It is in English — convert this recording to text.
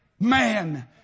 man